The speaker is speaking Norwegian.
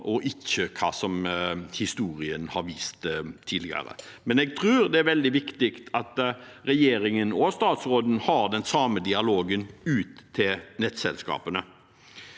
og ikke ut fra hva historien har vist tidligere. Jeg tror imidlertid det er veldig viktig at regjeringen og statsråden har den samme dialogen ut til nettselskapene.